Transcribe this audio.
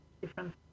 different